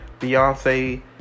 Beyonce